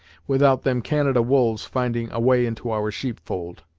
without them canada wolves finding a way into our sheep fold!